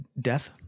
death